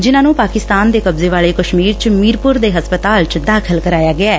ਜਿਨੂਾਂ ਨੂੰ ਪਾਕਿਸਤਾਨ ਦੇ ਕਬਜੇ ਵਾਲੇ ਕਸ਼ਮੀਰ ਚ ਮੀਰਪੁਰ ਦੇ ਹਸਪਤਾਲ ਚ ਦਾਖ਼ਲ ਕਰਾਇਆ ਗਿਐ